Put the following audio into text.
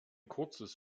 kurzes